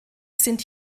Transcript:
sind